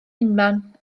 unman